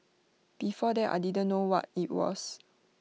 before that I didn't know what IT was